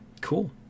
Cool